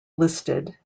listed